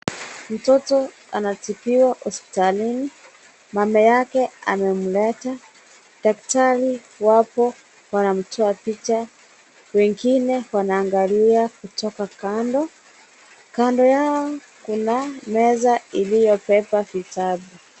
Mtoto anatupiwa hospitalini, mama yake amemleta, daktari wapo wanamtoa picha, wengine wanaangalia kutoka kando, kando yao kuna meza iliyobeba vitabu.